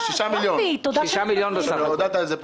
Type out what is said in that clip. אבל למה זה לא